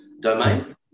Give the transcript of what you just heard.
domain